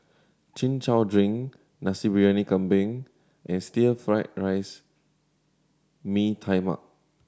Chin Chow drink Nasi Briyani Kambing and stir fried rice Mee Tai Mak